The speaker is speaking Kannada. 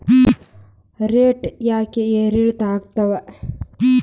ರೇಟ್ ಯಾಕೆ ಏರಿಳಿತ ಆಗ್ತಾವ?